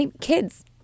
kids